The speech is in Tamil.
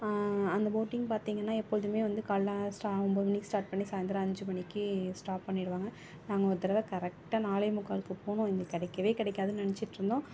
அந்த போட்டிங் பார்த்தீங்கன்னா எப்பொழுதுமே வந்து காலையில் ஸ்டா ஒம்பது மணிக்கு ஸ்டார்ட் பண்ணி சாயந்தரம் அஞ்சு மணிக்கு ஸ்டாப் பண்ணிடுவாங்க நாங்கள் ஒரு தடவை கரெக்ட்டாக நாலே முக்கால்க்கு போனோம் எங்களுக்கு கிடைக்கவே கிடைக்காதுன்னு நினைச்சிட்டு இருந்தோம்